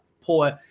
poor